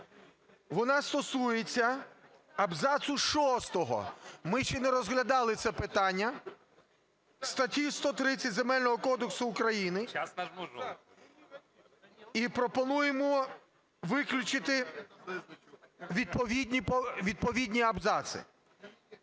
вона стосується абзацу шостого (ми ще не розглядали це питання) статті 130 Земельного кодексу України і пропонуємо виключити відповідні абзаци,